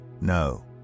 No